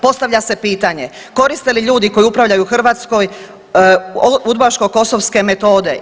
Postavlja se pitanje koriste li ljudi koji upravljaju Hrvatskoj, Udbaško – Kosovske metode?